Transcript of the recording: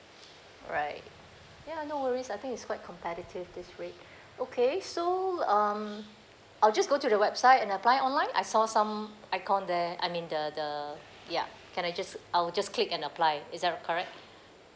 right ya no worries I think it's quite competitive this rate okay so um I'll just go to the website and apply online I saw some icon there I mean the the yup can I just I'll just click and apply is that correct